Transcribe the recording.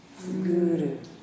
guru